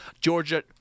Georgia